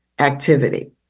activity